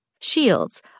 Shields